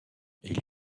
est